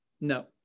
No